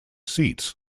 seats